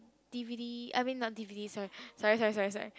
d_v_d I mean not d_v_d sorry sorry sorry sorry